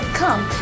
come